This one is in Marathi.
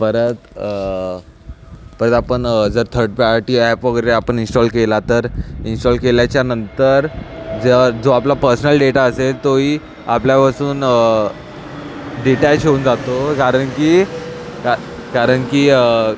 परत परत आपण जर थर्ड पार्टी ॲप वगैरे आपण इंस्टॉल केला तर इन्स्टॉल केल्याच्या नंतर जो आपला पर्सनल डेटा असेल तोही आपल्यापासून डीटॅच होऊन जातो कारण की का कारण की